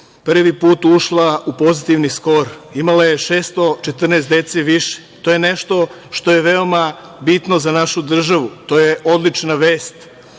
prvi put ušla u pozitivan skor, imala je 614 više. To je nešto što je veoma bitno za našu državu, to je odlična vest.